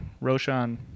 roshan